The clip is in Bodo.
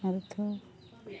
आरोथ'